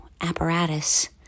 apparatus